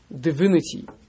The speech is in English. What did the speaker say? divinity